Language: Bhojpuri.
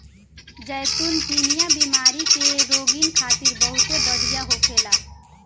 जैतून चिनिया बीमारी के रोगीन खातिर बहुते बढ़िया होखेला